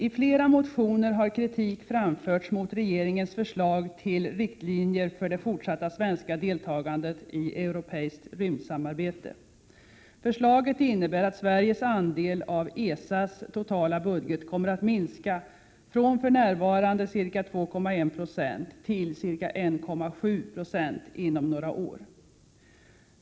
I flera motioner har kritik framförts mot regeringens förslag till riktlinjer för det fortsatta svenska deltagandet i det europeiska rymdsamarbetet. Förslaget innebär att Sveriges andel av ESA:s totala budget kommer att minska från för närvarande ca 2,1 9 till ca 1,7 26 inom några år.